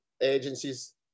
agencies